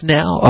now